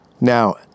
Now